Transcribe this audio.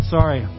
Sorry